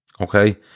okay